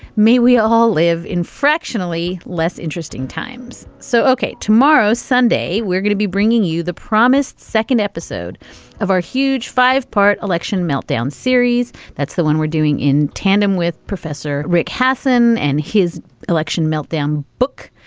may we all live in fractionally less interesting times. so, ok, tomorrow, sunday, we're going to be bringing you the promised second episode of our huge five-part part election meltdown series. that's the one we're doing in tandem with professor rick hasen and his election meltdown book,